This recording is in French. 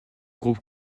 groupe